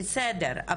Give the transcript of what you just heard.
בסדר,